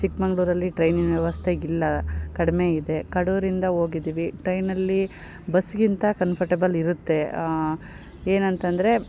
ಚಿಕ್ಕಮಂಗ್ಳೂರಲ್ಲಿ ಟ್ರೈನಿನ ವ್ಯವಸ್ಥೆಯಿಲ್ಲ ಕಡಿಮೆ ಇದೆ ಕಡೂರಿಂದ ಹೋಗಿದಿವಿ ಟ್ರೈನಲ್ಲಿ ಬಸ್ಗಿಂತ ಕನ್ಫಟಬಲ್ ಇರುತ್ತೆ ಏನಂತಂದರೆ